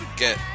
get